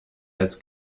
als